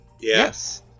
Yes